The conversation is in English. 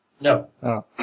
No